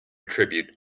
tribute